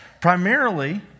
primarily